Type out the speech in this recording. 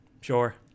sure